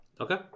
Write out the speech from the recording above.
Okay